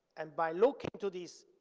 and by looking to this